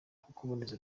kuboneza